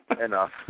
enough